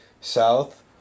South